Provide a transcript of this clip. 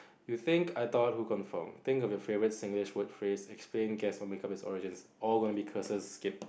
you think I thought who confirm think of your favourite Singlish word phrase explain guess or make up it's origins all gonna be curses skip